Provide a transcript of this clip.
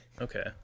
Okay